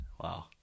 Wow